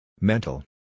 Mental